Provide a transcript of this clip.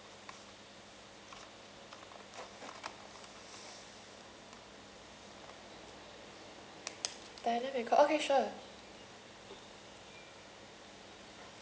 direct record okay sure